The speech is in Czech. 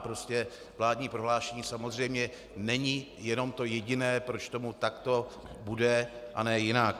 Prostě vládní prohlášení samozřejmě není jenom to jediné, proč tomu takto bude a ne jinak.